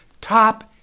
top